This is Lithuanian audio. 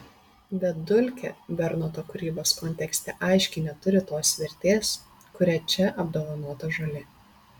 bet dulkė bernoto kūrybos kontekste aiškiai neturi tos vertės kuria čia apdovanota žolė